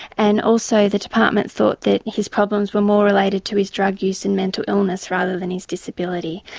and also the department thought that his problems were more related to his drug use and mental illness rather than his disability.